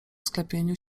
sklepieniu